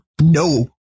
no